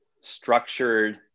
structured